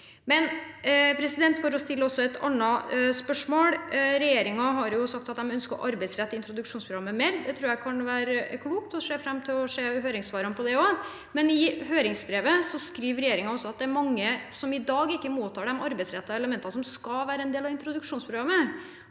andre ting. For å stille et annet spørsmål: Regjeringen har sagt at de ønsker å arbeidsrette introduksjonsprogrammet mer. Det tror jeg kan være klokt, og jeg ser fram til å se høringssvarene for det også. Men i høringsbrevet skriver regjeringen også at det er mange som i dag ikke mottar de arbeidsrettede elementene som skal være en del av introduksjonsprogrammet.